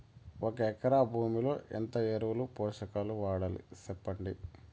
ఒక ఎకరా భూమిలో ఎంత ఎరువులు, పోషకాలు వాడాలి సెప్పండి?